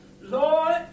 Lord